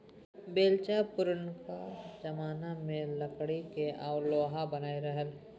बेलचा पुरनका जमाना मे लकड़ी केर आ लोहाक बनय रहय